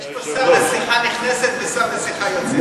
יש פה שר לשיחה נכנסת ושר לשיחה יוצאת.